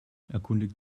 erkundigt